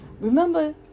Remember